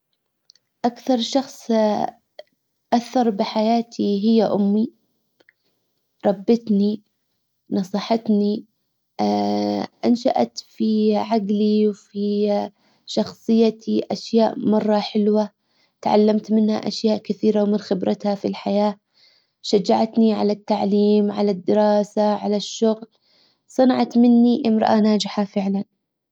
اكثر شخص اثر بحياتي هي امي ربتني نصحتني انشأت في عجلي وفي شخصيتي اشياء مرة حلوة تعلمت منها اشياء كثيرة ومن خبرتها في الحياه شجعتني على التعليم على الدراسة على الشغل. صنعت مني امرأة ناجحة فعلا.